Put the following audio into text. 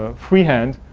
ah free hand,